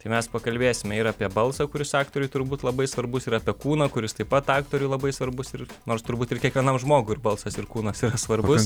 tai mes pakalbėsime ir apie balsą kuris aktoriui turbūt labai svarbus ir apie kūną kuris taip pat aktoriui labai svarbus ir nors turbūt ir kiekvienam žmogui ir balsas ir kūnas yra svarbus